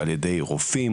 על ידי רופאים,